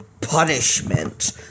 punishment